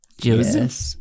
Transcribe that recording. Joseph